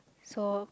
so